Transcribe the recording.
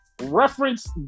reference